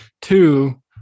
two